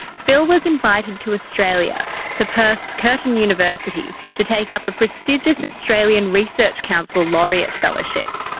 phil was invited to australia to perth's curtin university to take up a prestigious australian research council laureate fellowship.